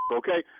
okay